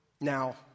Now